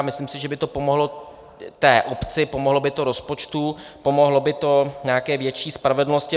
Myslím si, že by to pomohlo té obci, pomohlo by to rozpočtu, pomohlo by to nějaké větší spravedlnosti.